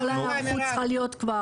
כל ההיערכות צריכה להיות כבר.